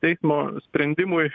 teismo sprendimui